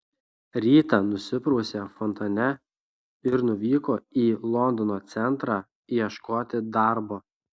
rytą nusiprausė fontane ir nuvyko į londono centrą ieškoti darbo